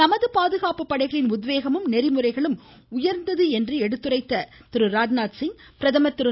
நமது பாதுகாப்பு படைகளின் உத்வேகமும் நெறிமுறைகளும் உயர்ந்தது என்று எடுத்துரைத்த ராஜ்நாத்சிங் பிரதமர் திரு